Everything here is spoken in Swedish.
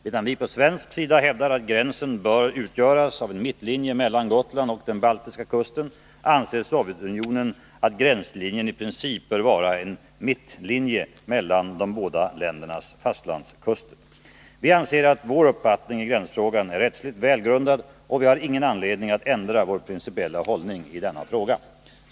Medan vi på svensk sida hävdar att gränsen bör utgöras av en mittlinje mellan Gotland och den baltiska kusten, anser Sovjetunionen att gränslinjen i princip bör vara en mittlinje mellan de båda ländernas fastlandskuster. Vi anser att vår uppfattning i gränsfrågan är rättsligt välgrundad, och vi har ingen anledning att ändra vår principiella hållning i denna fråga.